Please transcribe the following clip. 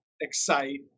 Excite